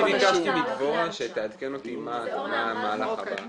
אני ביקשתי מדבורה שתעדכן אותי מה המהלך הבא.